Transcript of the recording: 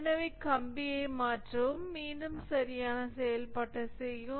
எனவே கம்பியை மாற்றவும் மீண்டும் சரியான செயல்பாட்டை செய்யவும்